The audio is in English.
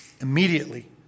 immediately